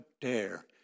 dare